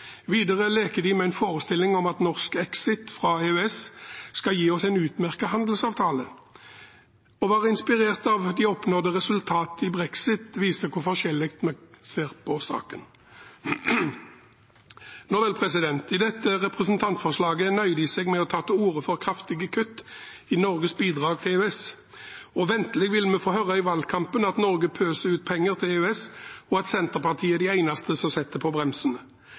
Videre leker de med en forestilling om at norsk exit fra EØS skal gi oss en utmerket handelsavtale, og er inspirert av de oppnådde resultatene i brexit. Det viser hvor forskjellig vi ser på saken. Nå vel, i dette representantforslaget nøyer de seg med å ta til orde for kraftige kutt i Norges bidrag til EØS, og ventelig vil vi få høre i valgkampen at Norge pøser ut penger til EØS, og at Senterpartiet er de eneste som setter på bremsen.